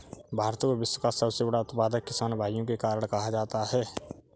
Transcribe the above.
भारत को विश्व का सबसे बड़ा उत्पादक किसान भाइयों के कारण कहा जाता है